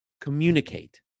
Communicate